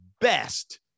best